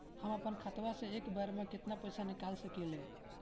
हम आपन खतवा से एक बेर मे केतना पईसा निकाल सकिला?